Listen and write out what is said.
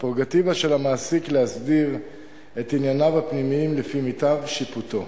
והפררוגטיבה של המעסיק להסדיר את ענייניו הפנימיים לפי מיטב שיפוטו.